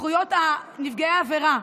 זכויות נפגעי העבירה,